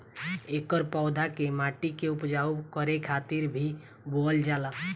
एकर पौधा के माटी के उपजाऊ करे खातिर भी बोअल जाला